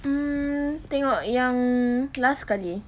mm tengok yang last sekali